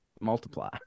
multiply